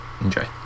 Enjoy